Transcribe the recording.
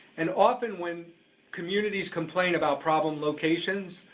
and often when communities complain about problem locations,